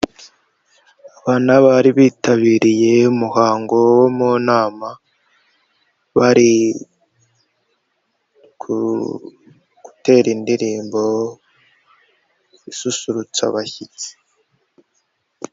Aba ni abari bitabiriye umuhango wo mu nama bari gutera indirimbo isusurutsa abashyitsi.